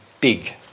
big